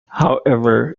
however